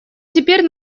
теперь